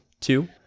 Two